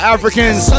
Africans